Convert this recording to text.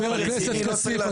חבר הכנסת כסיף,